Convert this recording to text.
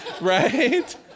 Right